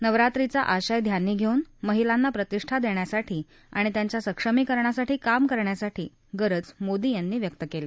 नवरात्रीचा आशय ध्यानी घस्तिन महिलांना प्रतिष्ठा दख्खासाठी आणि त्यांच्या सक्षमीकरणासाठी काम करण्यासाठी गरज मोदी यांनी व्यक्त क्ली